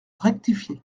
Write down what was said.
rectifié